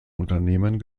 unternehmen